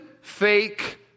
fake